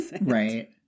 right